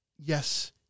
yes